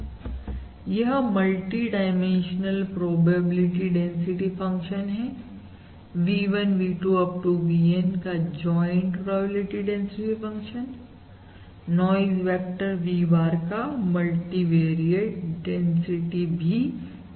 यह multi dimensional probability density function है V1 V2 Up to VN का joint probability density function noise vector V bar का multivariate density भी कहलाता है